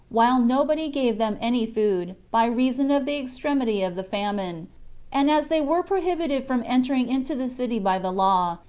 while nobody gave them any food, by reason of the extremity of the famine and as they were prohibited from entering into the city by the law,